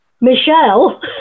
Michelle